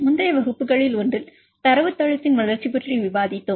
முந்தைய வகுப்புகளில் ஒன்றில் தரவுத்தளத்தின் வளர்ச்சி பற்றி விவாதித்தோம்